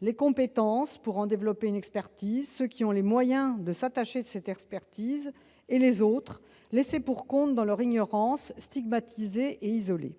et les compétences pour développer une expertise juridique ou les moyens de s'attacher cette expertise, et les autres, laissés pour compte dans leur ignorance, stigmatisés et isolés.